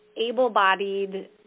able-bodied